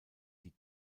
die